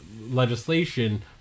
legislation